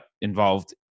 involved